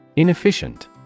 Inefficient